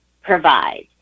provide